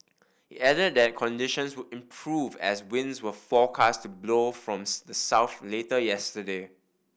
it added that conditions would improve as winds were forecast to blow from the south later yesterday